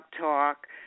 Talk